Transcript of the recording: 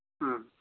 ಹ್ಞೂ